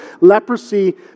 leprosy